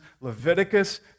Leviticus